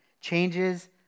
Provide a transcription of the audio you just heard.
changes